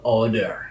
order